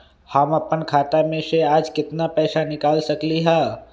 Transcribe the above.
हम अपन खाता में से आज केतना पैसा निकाल सकलि ह?